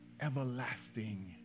everlasting